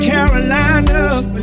Carolinas